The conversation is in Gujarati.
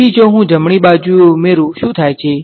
તેથી જો હું જમણી બાજુએ ઉમેરુ શુ થાય છે